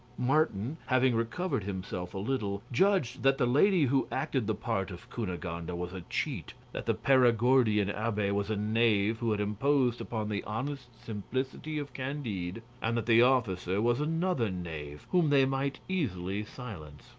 martin, having recovered himself a little, judged that the lady who acted the part of cunegonde and was a cheat, that the perigordian abbe was a knave who had imposed upon the honest simplicity of candide, and that the officer was another knave whom they might easily silence.